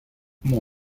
mon